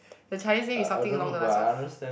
the Chinese name is something along the lines of